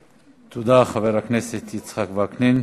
תודה, חבר הכנסת יצחק וקנין.